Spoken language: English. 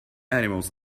animals